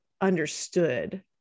understood